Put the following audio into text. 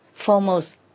Foremost